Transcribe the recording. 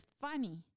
funny